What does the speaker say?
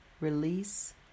release